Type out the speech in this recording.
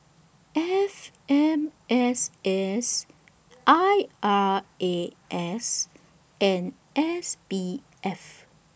F M S S I R A S and S B F